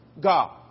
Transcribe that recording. God